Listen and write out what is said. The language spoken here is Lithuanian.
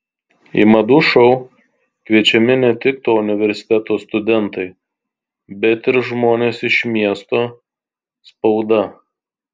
į madų šou kviečiami ne tik to universiteto studentai bet ir žmonės iš miesto spauda